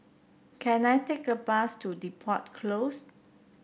can I take a bus to Depot Close